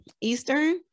Eastern